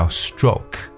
stroke